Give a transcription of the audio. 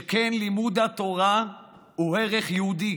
שכן לימוד התורה הוא ערך יהודי